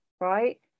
right